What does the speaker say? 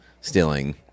stealing